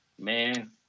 Man